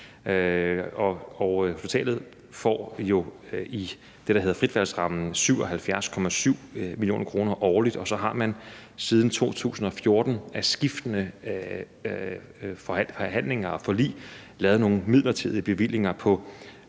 der hedder fritvalgsrammen, 77,7 mio. kr. årligt, og så har man siden 2014 i skiftende forhandlinger og forlig lavet nogle midlertidige bevillinger på